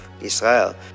Israel